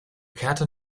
kehrte